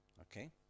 Okay